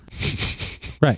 Right